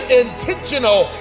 intentional